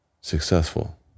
successful